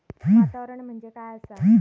वातावरण म्हणजे काय आसा?